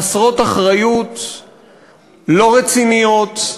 חסרות אחריות ולא רציניות.